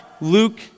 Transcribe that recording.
Luke